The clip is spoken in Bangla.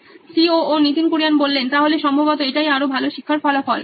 Nitin Kurian C O O নোইন ইলেকট্রনিক্স তাহলে সম্ভবত এটাই আরো ভালো শিক্ষার ফলাফল